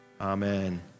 amen